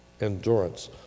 Endurance